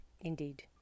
indeed